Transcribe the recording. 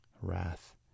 wrath